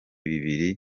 bibiri